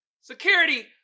Security